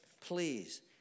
please